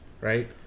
right